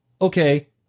okay